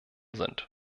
sind